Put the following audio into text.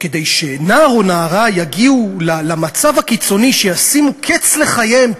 כדי שנער או נערה יגיעו למצב הקיצוני שישימו קץ לחייהם,